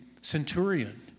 centurion